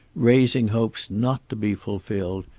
raising hopes not to be fulfilled,